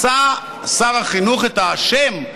מצא שר החינוך את האשם,